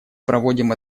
проводим